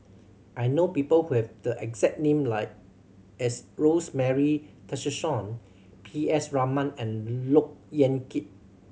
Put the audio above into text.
I know people who have the exact name like as Rosemary Tessensohn P S Raman and Look Yan Kit